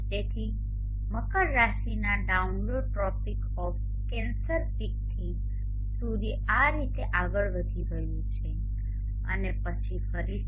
તેથી મકર રાશિના ડાઉન લો ટ્રોપિક ઓફ કેન્સર પિકથી સૂર્ય આ રીતે આગળ વધી રહ્યું છે અને પછી ફરીથી